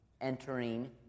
entering